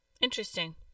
interesting